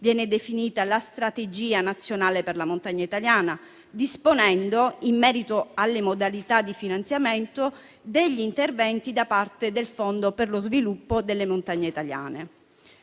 viene definita la strategia nazionale per la montagna italiana, disponendo, in merito alle modalità di finanziamento, degli interventi da parte del Fondo per lo sviluppo delle montagne italiane.